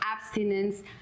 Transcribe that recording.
abstinence